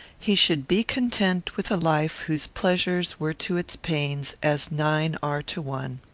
he should be content with a life whose pleasures were to its pains as nine are to one.